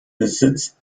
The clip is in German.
besitzt